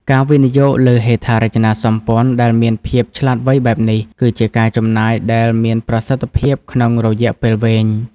ការវិនិយោគលើហេដ្ឋារចនាសម្ព័ន្ធដែលមានភាពឆ្លាតវៃបែបនេះ គឺជាការចំណាយដែលមានប្រសិទ្ធភាពក្នុងរយៈពេលវែង។